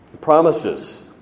promises